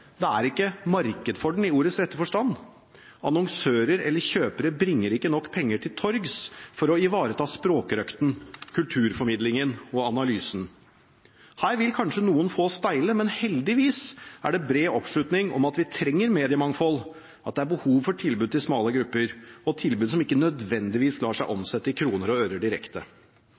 Det er ikke marked for den i ordets rette forstand, annonsører eller kjøpere bringer ikke nok penger til torgs for å ivareta språkrøkten, kulturformidlingen og analysen. Her vil kanskje noen få steile, men heldigvis er det bred oppslutning om at vi trenger mediemangfold, at det er behov for tilbud til smale grupper, og tilbud som ikke nødvendigvis lar seg omsette i kroner og øre direkte.